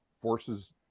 forces